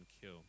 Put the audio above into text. kill